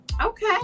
okay